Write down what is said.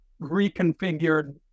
reconfigured